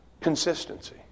Consistency